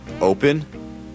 Open